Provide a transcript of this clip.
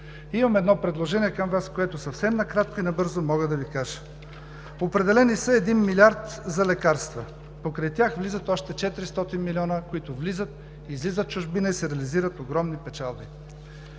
Имам едно предложение към Вас, което съвсем накратко и набързо мога да Ви кажа: определени са един милиард за лекарства, покрай тях влизат още 400 милиона, които влизат, излизат в чужбина и се реализират огромни печалби.